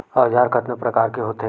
औजार कतना प्रकार के होथे?